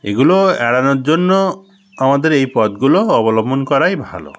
এইগুলো এড়ানোর জন্য আমাদের এই পদগুলো অবলম্বন করাই ভালো